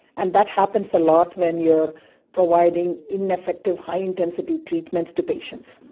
and that happens a lot when you are providing ineffective high-intensity treatments to patients.